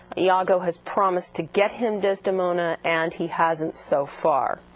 iago has promised to get him desdemona and he hasn't so far.